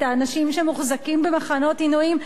את האנשים שמוחזקים במחנות עינויים,